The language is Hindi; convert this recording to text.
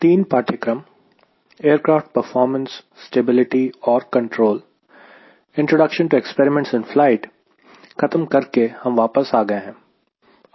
तीन पाठ्यक्रम एयरक्राफ़्ट परफॉर्मेंस स्टेबिलिटी और control aircraft performance stability and control introduction to experiments in flight खत्म करके हम वापस आ गए हैं